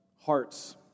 hearts